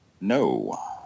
No